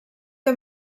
que